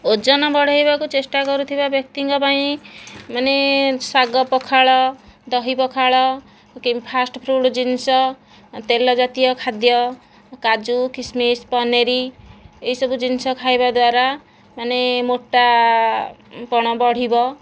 ଓଜନ ବଢ଼ାଇବାକୁ ଚେଷ୍ଟା କରୁଥିବା ବ୍ୟକ୍ତିଙ୍କ ପାଇଁ ମାନେ ଶାଗ ପଖାଳ ଦହି ପଖାଳ କି ଫାଷ୍ଟଫୁଡ଼୍ ଜିନିଷ ତେଲ ଜାତୀୟ ଖାଦ୍ୟ କାଜୁ କିସମିସ ପନିର ଏହି ସବୁଜିନିଷ ଖାଇବାଦ୍ଵାରା ମାନେ ମୋଟାପଣ ବଢ଼ିବ